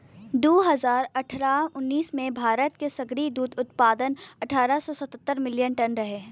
दू हज़ार अठारह उन्नीस में भारत के सगरी दूध के उत्पादन अठारह सौ सतहत्तर मिलियन टन रहे